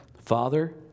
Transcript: Father